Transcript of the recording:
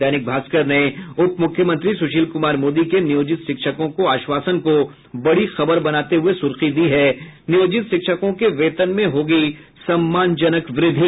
दैनिक भास्कर ने उप मुख्यमंत्री सुशील कुमार मोदी के नियोजित शिक्षकों को आश्वासन को बड़ी खबर बनाते हुये सुर्खी दी है नियोजित शिक्षकों के वेतन में होगी सम्मानजनक वृद्धि